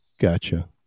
Gotcha